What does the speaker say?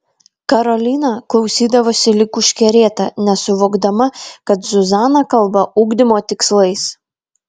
karolina klausydavosi lyg užkerėta nesuvokdama kad zuzana kalba ugdymo tikslais